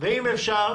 ואם אפשר